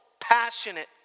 passionate